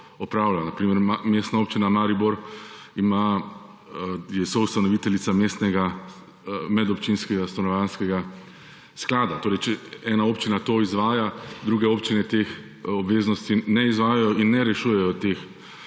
Na primer, Mestna občina Maribor je soustanoviteljica mestnega medobčinskega stanovanjskega sklada. Če ena občina to izvaja, druge občine teh obveznosti ne izvajajo in ne rešujejo teh